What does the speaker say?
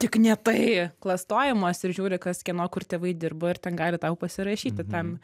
tik ne tai klastojamos ir žiūri kas kieno kur tėvai dirba ir ten gali tau pasirašyti ten